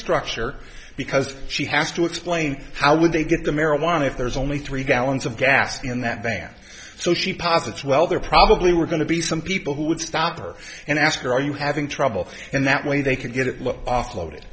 structure because she has to explain how would they get the marijuana if there's only three gallons of gas in that van so she posits well there probably were going to be some people who would stop her and ask her are you having trouble and that way they could get it look offloaded